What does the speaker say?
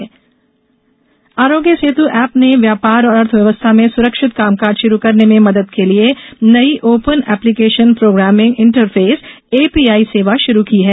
आरोग्य Setu API Aarogya Setu app ने व्यापार और अर्थव्यवस्था में सुरक्षित कामकाज शुरू करने में मदद के लिए नई open application programming interface API सेवा शुरू की है